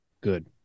Good